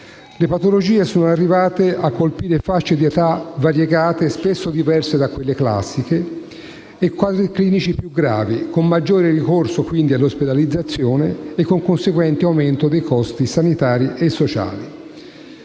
Le patologie sono arrivate a colpire fasce di età variegate, spesso diverse da quelle classiche, e quadri clinici più gravi, con maggiore ricorso all'ospedalizzazione e con conseguente aumento dei costi sanitari e sociali.